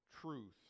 truth